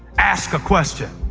ask a question.